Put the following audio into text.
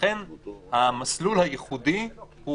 ולכן המסלול הייחודי,